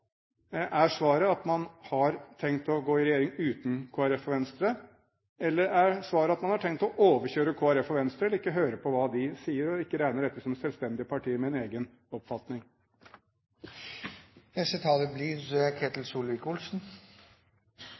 Er svaret at man har tenkt å gå i regjering uten Kristelig Folkeparti og Venstre, eller er svaret at man har tenkt å overkjøre Kristelig Folkeparti og Venstre eller ikke høre på hva de sier og ikke regne dem som selvstendige partier med en egen oppfatning? Ketil